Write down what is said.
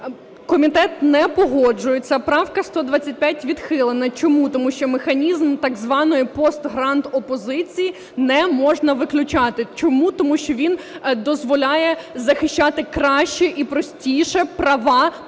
Комітет не погоджується, правка 125 відхилена. Чому? Тому що механізм, так званої, пост-гранд опозиції не можна виключати. Чому? Тому що він дозволяє захищати краще і простіше права